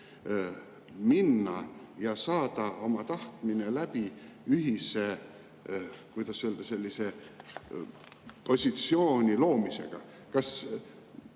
minna ja saada oma tahtmine läbi ühise, kuidas öelda, positsiooni loomisega. Kas